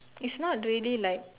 it's not really like